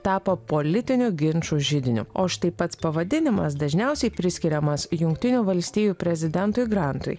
tapo politinių ginčų židiniu o štai pats pavadinimas dažniausiai priskiriamas jungtinių valstijų prezidentui grantui